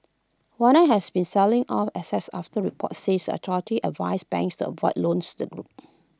Wanda has been selling off assets after reports said the authorities advised banks to avoid loans to the group